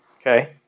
Okay